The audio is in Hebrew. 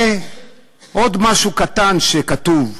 ועוד משהו קטן שכתוב: